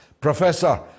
Professor